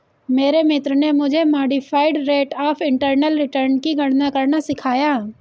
मेरे मित्र ने मुझे modified rate of internal return की गणना करना सिखाया